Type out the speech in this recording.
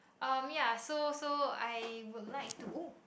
um ya so so I would like to